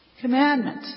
commandment